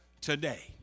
today